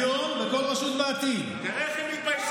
אלי, אתה יכול להסביר